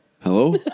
Hello